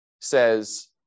says